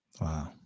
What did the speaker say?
wow